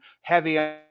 heavy